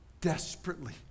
desperately